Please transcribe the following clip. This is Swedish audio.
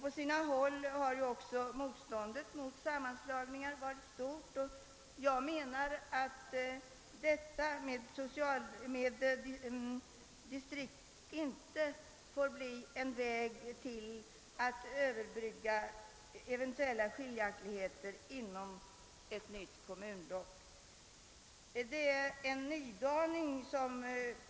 På sina håll har också motståndet mot sammanslagning varit stort. Jag menar att distriksnämnderna inte får bli en väg att överbrygga eventuella skiljaktigheter inom ett nytt kommunblock.